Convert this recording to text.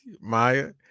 maya